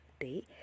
day